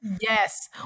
Yes